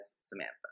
Samantha